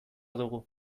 dugu